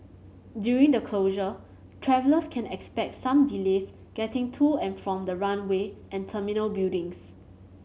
during the closure travellers can expect some delays getting to and from the runway and terminal buildings